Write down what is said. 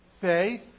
faith